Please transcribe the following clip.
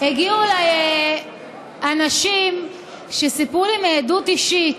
הגיעו אליי אנשים שסיפרו לי מעדות אישית